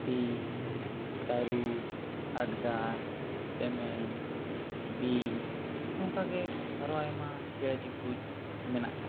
ᱦᱟᱹᱛᱤ ᱛᱟᱹᱨᱩᱵ ᱦᱟᱰᱜᱟᱨ ᱪᱮᱢᱮᱧ ᱵᱤᱧ ᱱᱚᱝᱠᱟ ᱜᱮ ᱟᱨᱚ ᱟᱭᱢᱟ ᱪᱮᱬᱮ ᱪᱤᱯᱨᱩᱫ ᱢᱮᱱᱟᱜ ᱠᱟᱜ ᱠᱚᱣᱟ